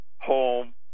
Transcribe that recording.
home